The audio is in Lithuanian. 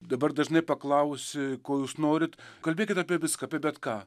dabar dažnai paklausi ko jūs norit kalbėkit apie viską apie bet ką